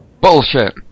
Bullshit